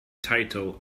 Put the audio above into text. title